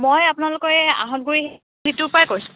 মই আপোনালোকৰ এই আহঁতগুৰি পৰাই কৈছোঁ